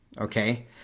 okay